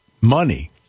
money